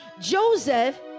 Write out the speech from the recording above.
Joseph